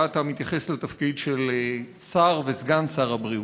אתה מתייחס לתפקיד של שר וסגן שר הבריאות,